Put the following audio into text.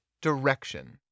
direction